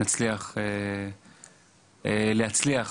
נצליח להצליח